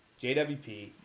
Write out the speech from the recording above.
JWP